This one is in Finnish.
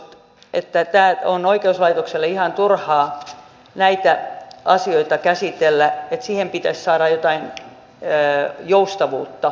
oikeuslaitoksen on ihan turhaa näitä asioita käsitellä siihen pitäisi saada jotain joustavuutta